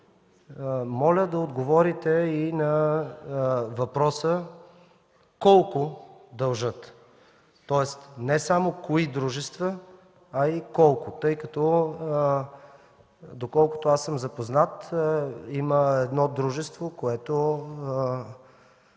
Моля да отговорите и на въпроса: колко дължат? Тоест не само кои дружества, а и колко. Доколкото аз съм запознат, има едно дружество, което